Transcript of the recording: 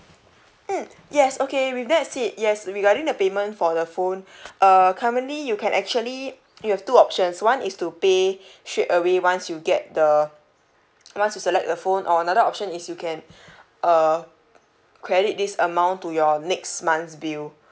mm yes okay with that said yes regarding the payment for the phone uh currently you can actually you have two options one is to pay straightaway once you get the once you select the phone or another option is you can err credit this amount to your next month's bill